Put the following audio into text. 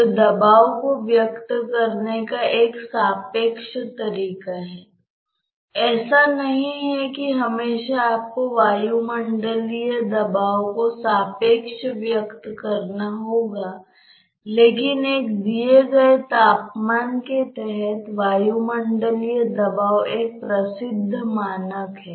तो यह दीवार पर यहाँ कोई स्लिप नहीं है लेकिन दीवार पर कोई भेद नहीं है जो इस समस्या को हल करने के लिए पर्याप्त है